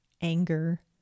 anger